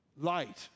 light